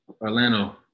Orlando